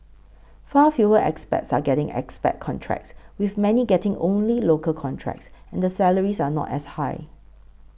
far fewer expats are getting expat contracts with many getting only local contracts and the salaries are not as high